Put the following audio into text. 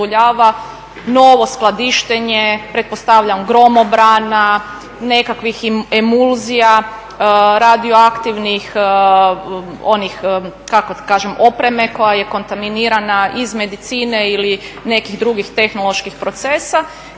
novo skladištenje, pretpostavljam gromobrana, nekakvih emulzija, radioaktivnih onih kako da kažem opreme koja je kontaminirana iz medicine ili nekih drugih tehnoloških procesa.